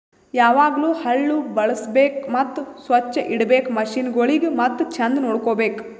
ಯಾವಾಗ್ಲೂ ಹಳ್ಳು ಬಳುಸ್ಬೇಕು ಮತ್ತ ಸೊಚ್ಚ್ ಇಡಬೇಕು ಮಷೀನಗೊಳಿಗ್ ಮತ್ತ ಚಂದ್ ನೋಡ್ಕೋ ಬೇಕು